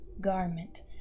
garment